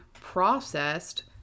processed